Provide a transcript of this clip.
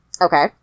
okay